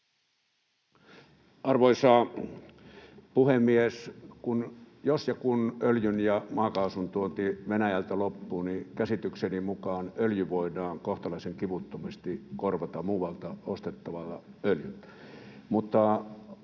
Arvoisa puhemies! Jos ja kun öljyn ja maakaasun tuonti Venäjältä loppuu, niin käsitykseni mukaan öljy voidaan kohtalaisen kivuttomasti korvata muualta ostettavalla öljyllä,